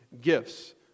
gifts